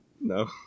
No